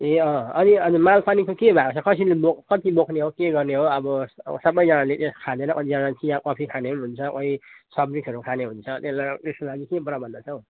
ए अँ अनि अनि माल पानीको के भएको छ कसरी बोक्ने कति बोक्ने हो के गर्ने हो अब सबैजनाले त्यस्तो खाँदैन कतिजनाले चिया कफी खाने पनि हुन्छ कोही सफ्ट ड्रिङ्क्सहरू खाने हुन्छ त्यसको लागि के प्रबन्ध छ हौ